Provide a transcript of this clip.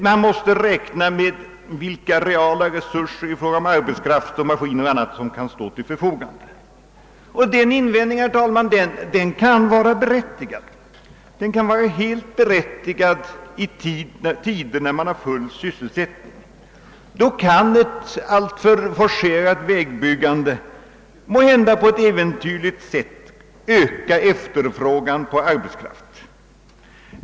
Man måste räkna med vilka reala resurser i fråga om arbetskraft, maskiner och annat som kan stå till förfogande. Den invändningen, herr talman, kan vara helt berättigad i tider med full sysselsättning. Då kan ett alltför forcerat vägbyggande måhända på ett äventyrligt sätt öka efterfrågan på arbetskraft.